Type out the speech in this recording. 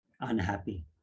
unhappy